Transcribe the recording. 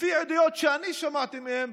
לפי עדויות שאני שמעתי מהם,